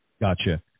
gotcha